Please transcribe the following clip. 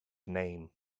name